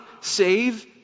save